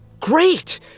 Great